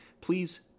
please